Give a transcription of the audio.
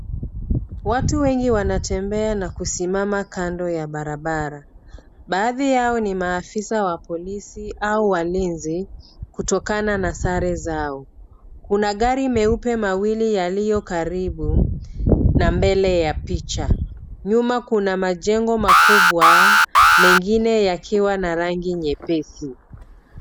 Watu wengi wanasimama na kutembea kando ya barabara. Baadhi yao ni maafisa wa polisi au walinzi kutokana na sare zao. Kuna gari meupe mawili yaliyo karibu na mbele ya picha. Nyuma kuna majengo makubwa, mengine yakiwa na rangi nyepesi.